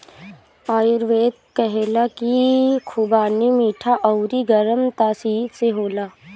आयुर्वेद कहेला की खुबानी मीठा अउरी गरम तासीर के होला